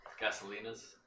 gasolinas